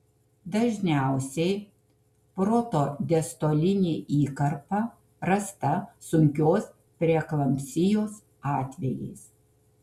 dažniausiai protodiastolinė įkarpa rasta sunkios preeklampsijos atvejais